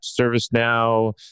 ServiceNow